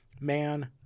man